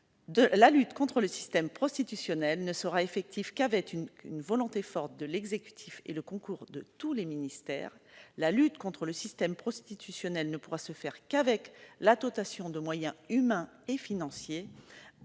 La lutte contre le système prostitutionnel ne sera effective qu'avec une volonté forte de l'exécutif et le concours de tous les ministères. La lutte contre le système prostitutionnel ne pourra se faire qu'avec la dotation des moyens humains et financiers